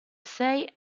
sei